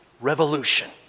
revolution